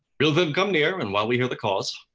will them come near, and while we hear the cause.